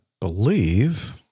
believe